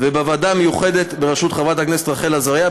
ובוועדה המיוחדת בראשות חברת הכנסת רחל עזריה,